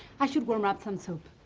i should warm up some soup.